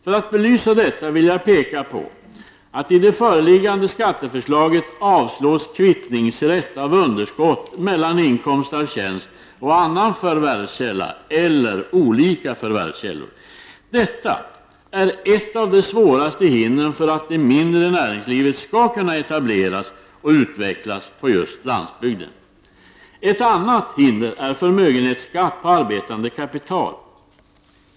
För att belysa detta vill jag påpeka att i det föreliggande skatteförslaget föreslås att man skall ta bort kvittningsrätt för underskott mellan inkomst av tjänst och annan förvärvskälla eller mellan olika förvärvskällor. Detta är ett av de svåraste hindren för att det mindre näringslivet skall kunna etableras och utvecklas på just landsbygden. Ett annat hinder är förmögenhetsskatten på arbetande kapital.